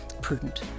prudent